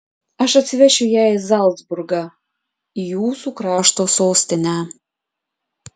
aš atsivešiu ją į zalcburgą į jūsų krašto sostinę